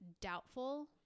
doubtful